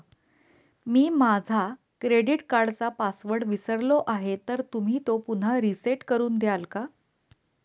मी माझा क्रेडिट कार्डचा पासवर्ड विसरलो आहे तर तुम्ही तो पुन्हा रीसेट करून द्याल का?